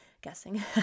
guessing